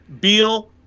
beal